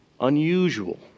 unusual